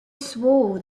swore